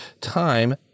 time